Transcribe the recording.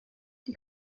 die